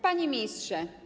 Panie Ministrze!